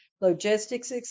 logistics